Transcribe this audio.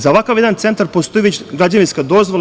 Za ovakav jedan centar postoji već građevinska dozvola.